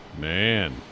man